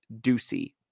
Ducey